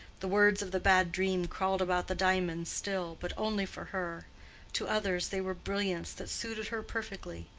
the words of the bad dream crawled about the diamonds still, but only for her to others they were brilliants that suited her perfectly,